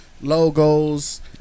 logos